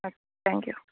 oh thank U